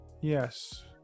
Yes